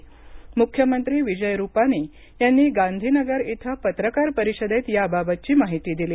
म्ख्यमंत्री विजय रुपानी यांनी गांधीनगर इथं पत्रकार परिषदेत याबाबतची माहिती दिली